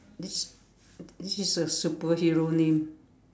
this this is a superhero name